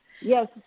Yes